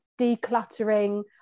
decluttering